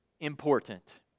important